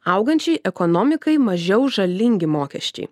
augančiai ekonomikai mažiau žalingi mokesčiai